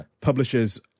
Publishers